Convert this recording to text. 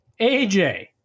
aj